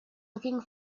looking